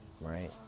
Right